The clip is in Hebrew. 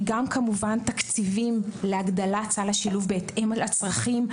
גם כמובן תקציבים להגדלת סל השילוב בהתאם לצרכים,